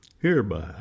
hereby